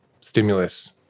stimulus